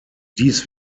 dies